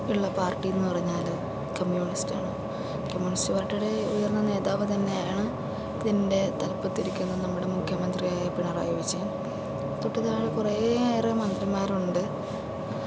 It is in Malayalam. ഉള്ള പാർട്ടി എന്നു പറഞ്ഞാൽ കമ്മ്യൂണിസ്റ്റാണ് കമ്മ്യൂണിസ്റ്റ് പാർട്ടിയുടെ ഉയർന്ന നേതാവ് തന്നെയാണ് ഇതിൻ്റെ തലപ്പത്തിരിക്കുന്ന നമ്മുടെ മുഖ്യമന്ത്രിയായ പിണറായി വിജയൻ തൊട്ടുതാഴെ കുറെയേറെ മന്ത്രിമാർ ഉണ്ട്